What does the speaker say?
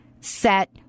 Set